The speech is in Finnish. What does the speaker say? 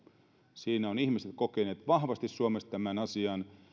siinä ovat ihmiset kokeneet vahvasti suomessa tämän asian